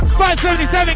577